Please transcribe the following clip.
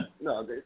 No